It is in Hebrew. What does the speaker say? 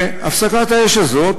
והפסקת האש הזאת,